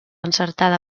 encertada